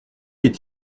est